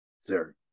Sir